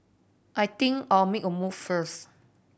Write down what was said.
I think I'll make a move first